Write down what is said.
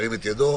מי בעד?